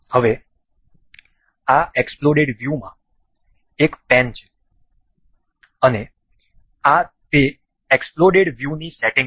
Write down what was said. હવે આ એક્સપ્લોડેડ વ્યૂમાં એક પેન છે અને આ તે એક્સપ્લોડેડ વ્યૂની સેટિંગ્સ છે